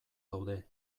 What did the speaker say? daude